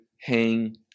hang